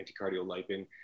anticardiolipin